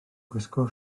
gwisgo